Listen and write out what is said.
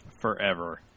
forever